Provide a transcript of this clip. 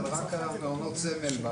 אלא רק על המעונות סמל,